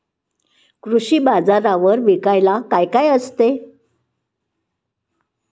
कृषी बाजारावर विकायला काय काय असते?